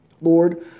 Lord